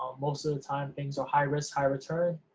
most of the time things are high-risk, high-return,